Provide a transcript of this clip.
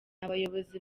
abayobozi